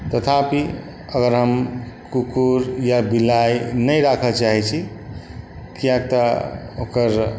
तथापि अगर हम कुकुर या बिलाइ नहि राखऽ चाहै छी किएक तऽ ओकर